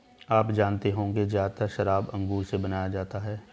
आप जानते होंगे ज़्यादातर शराब अंगूर से बनाया जाता है